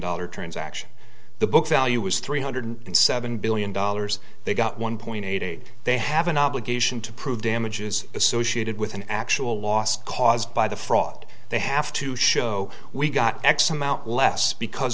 dollar transaction the book value was three hundred seven billion dollars they got one point eight they have an obligation to prove damages associated with an actual loss caused by the fraud they have to show we got x amount less because